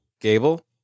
Gable